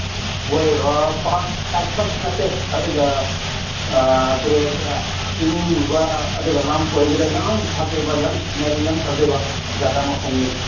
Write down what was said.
ꯍꯣꯏ ꯄꯥꯛ ꯄꯥꯝꯃꯛꯁꯨ ꯅꯠꯇꯦ ꯑꯗꯨꯒ ꯀꯔꯤ ꯍꯥꯏꯁꯤꯔꯥ ꯆꯤꯡꯒꯨꯝꯕ ꯑꯗꯨꯒ ꯂꯝ ꯀꯣꯏꯕꯗ ꯌꯥꯝ ꯐꯖꯕ ꯌꯥꯝ ꯁꯤꯅꯔꯤ ꯌꯥꯝ ꯐꯖꯕ ꯖꯒꯥ ꯃꯐꯝꯅꯤ